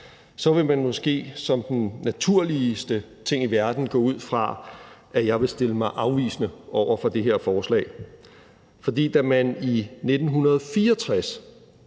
så vil man måske som den naturligste ting i verden gå ud fra, at jeg vil stille mig afvisende over for det her forslag, for da man i 1964